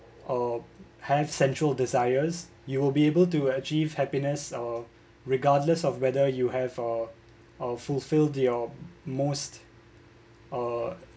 uh have central desires you'll be able to achieve happiness uh regardless of whether you have uh uh fulfilled the most uh